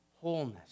wholeness